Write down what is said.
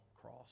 cross